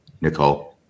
Nicole